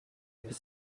bis